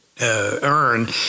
earn